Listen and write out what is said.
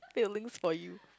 feelings for you